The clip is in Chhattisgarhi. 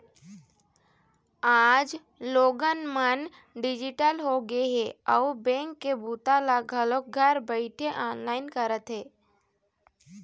आज लोगन मन डिजिटल होगे हे अउ बेंक के बूता ल घलोक घर बइठे ऑनलाईन करत हे